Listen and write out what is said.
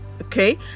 okay